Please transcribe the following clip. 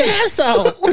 asshole